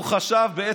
הוא חשב בעצם,